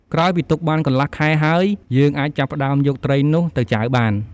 ក្រោយពីទុកបានកន្លះខែហើយ យើងអាចចាប់ផ្ដើមយកត្រីនោះទៅចាវបាន។